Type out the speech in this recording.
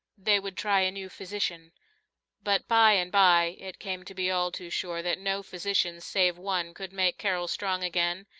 they would try a new physician but by and by it came to be all too sure that no physician save one could make carol strong again,